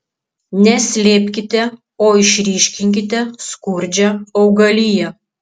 ne slėpkite o išryškinkite skurdžią augaliją